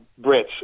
Brits